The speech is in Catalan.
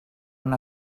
una